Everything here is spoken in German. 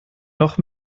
noch